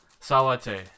Sawate